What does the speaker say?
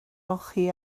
olchi